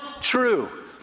true